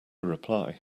reply